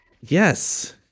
yes